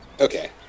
Okay